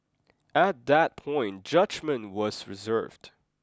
at that point judgement was reserved